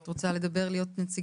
את רוצה לדבר, להיות נציגה?